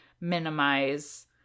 minimize